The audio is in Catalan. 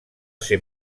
ser